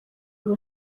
aba